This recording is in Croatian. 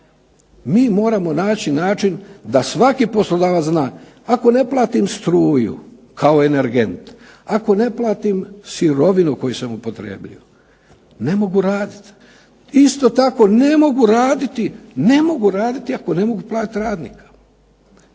mi moramo naći način da svaki poslodavac zna ako ne platim struju kao energent, ako ne platim sirovinu koju sam upotrijebio, ne mogu raditi. Isto tako ne mogu raditi, ne mogu raditi ako